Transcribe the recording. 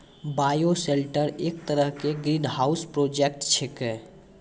bioshelter एक तरह के ग्रीनहाउस प्रोजेक्ट छेकै